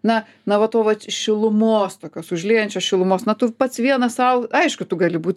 na na va to vat šilumos tokios užliejančios šilumos na tu pats vienas sau aišku tu gali būt